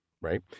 Right